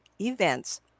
events